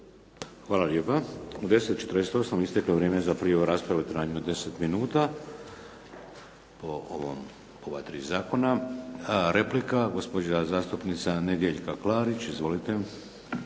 Hvala lijepa. U 10,48 isteklo je vrijeme za prijavu o raspravu u trajanju od 10 minuta, po ova tri zakona. Replika, gospođa zastupnica Nedjeljka Klarić. Izvolite.